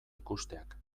ikusteak